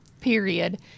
period